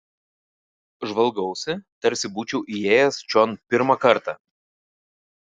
žvalgausi tarsi būčiau įėjęs čion pirmą kartą